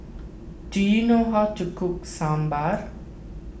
do you know how to cook Sambar